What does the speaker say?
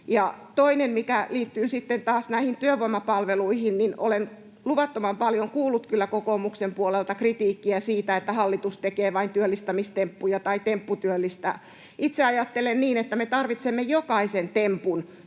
toinen, mikä liittyy sitten taas näihin työvoimapalveluihin: Olen luvattoman paljon kuullut kyllä kokoomuksen puolelta kritiikkiä siitä, että hallitus tekee vain työllistämistemppuja tai tempputyöllistää. Itse ajattelen niin, että me tarvitsemme jokaisen tempun,